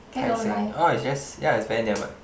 Tai-Seng oh it's just yeah it's very nearby